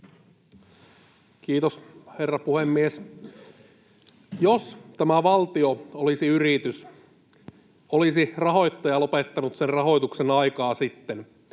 Kiitos, herra puhemies! Jos tämä valtio olisi yritys, olisi rahoittaja lopettanut sen rahoituksen aikaa sitten.